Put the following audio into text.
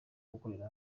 gukorera